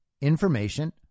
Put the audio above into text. information